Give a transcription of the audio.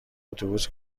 اتوبوس